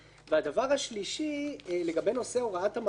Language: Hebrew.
והדבר השלישי, לגבי נושא הוראת המעבר.